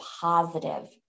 positive